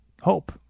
hope